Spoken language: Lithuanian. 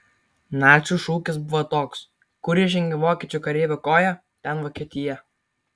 nacių šūkis buvo toks kur įžengė vokiečių kareivio koja ten vokietija